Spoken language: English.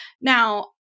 Now